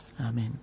Amen